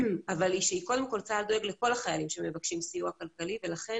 אבל היא שקודם כל צה"ל דואג לכל החיילים שמבקשים סיוע כלכלי ולכן